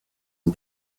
and